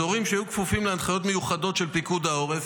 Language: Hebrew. אזורים שהיו כפופים להנחיות מיוחדות של פיקוד העורף,